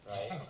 Right